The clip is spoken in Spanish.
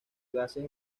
gases